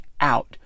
out